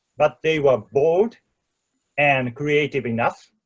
but they were bold and creative enough